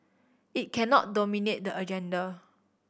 it cannot dominate the agenda